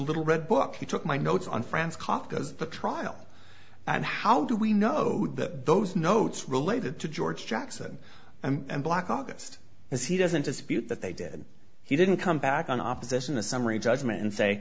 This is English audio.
little red book he took my notes on france kafka's the trial and how do we know that those notes related to george jackson and black august is he doesn't dispute that they did he didn't come back on opposition a summary judgment and say